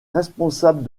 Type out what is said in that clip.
responsable